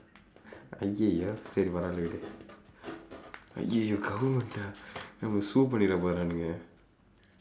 ஐயய்யோ சரி பரவாயில்ல விடு ஐயய்யோ:aiyaiyoo sari paravaayilla vidu aiyaiyoo நம்மல:nammala sue பண்ணீடுற போறானுங்க:panniidura pooraanungka